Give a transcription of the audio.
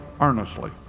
earnestly